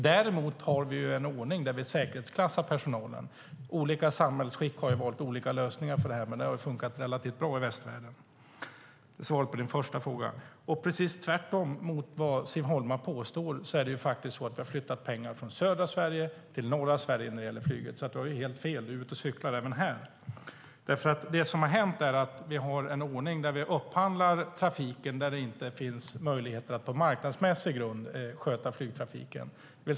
Däremot har vi en ordning där vi säkerhetsklassar personalen. Olika samhällsskick har valt olika lösningar för det här, men det har funkat relativt bra i västvärlden. Det var svaret på Siv Holmas första fråga. Precis tvärtemot vad Siv Holma påstår är det faktiskt så att vi har flyttat pengar från södra Sverige till norra Sverige när det gäller flyget. Siv Holma har alltså helt fel och är ute och cyklar även här. Det som har hänt är att vi har en ordning där vi upphandlar trafiken där det inte finns möjlighet att på marknadsmässig grund sköta flygtrafiken.